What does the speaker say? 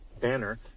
banner